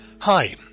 Hi